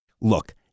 Look